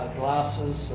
glasses